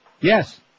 Yes